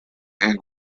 and